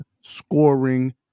scoring